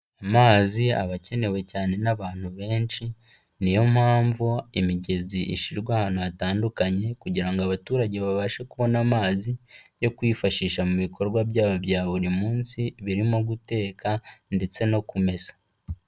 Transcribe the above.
Amazi aba akenewe cyane n'abantu benshi, niyo mpamvu imigezi ishyirwa ahantu hatandukanye kugira ngo abaturage babashe kubona amazi yo kwifashisha mu bikorwa byabo bya buri munsi, birimo guteka ndetse no kumesa.